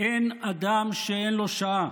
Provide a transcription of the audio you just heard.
אין אדם שאין לו שעה.